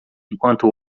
enquanto